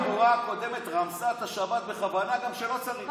שרת התחבורה הקודמת רמסה את השבת בכוונה גם כשלא צריך.